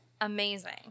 Amazing